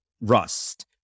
Rust